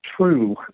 true